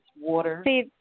water